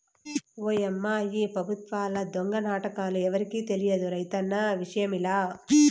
ఓయమ్మా ఈ పెబుత్వాల దొంగ నాటకాలు ఎవరికి తెలియదు రైతన్న విషయంల